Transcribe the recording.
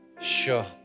Sure